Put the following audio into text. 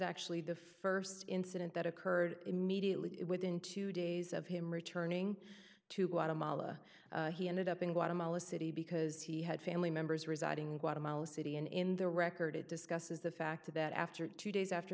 actually the st incident that occurred immediately within two days of him returning to guatemala he ended up in guatemala city because he had family members residing in guatemala city and in the record it discusses the fact that after two days after